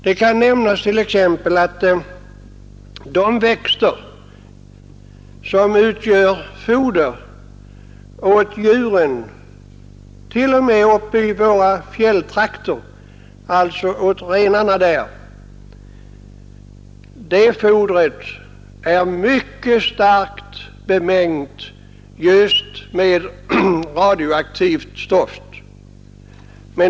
Det kan nämnas att t.o.m. de växter som utgör foder åt renarna i våra fjälltrakter är mycket starkt bemängda med radioaktivt stoff.